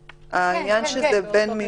העניין של "בידי בן מינו"?